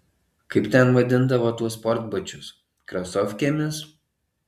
kaip ten vadindavo tuos sportbačius krasofkėmis